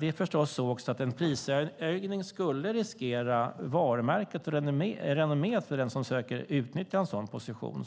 Det är förstås också så att en prishöjning skulle riskera varumärket och renomméet för den som försöker utnyttja en sådan position.